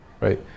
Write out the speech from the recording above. right